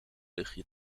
luchtje